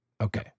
Okay